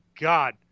God